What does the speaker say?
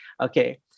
Okay